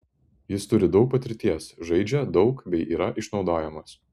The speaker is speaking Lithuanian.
jis turi daug patirties žaidžia daug bei yra išnaudojamas